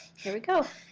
here we go.